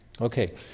Okay